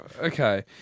Okay